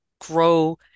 grow